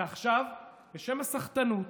ועכשיו, בשם הסחטנות,